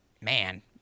man